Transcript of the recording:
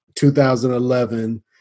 2011